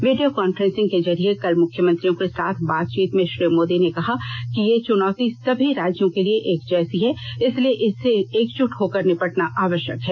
video conferencing के जरिए कल मुख्यमंत्रियों के साथ बातचीत में श्री मोदी ने कहा कि ये चुनौती सभी राज्यों के लिए एक जैसी है इसलिए इससे एकजुट होकर निपटना आवश्यक है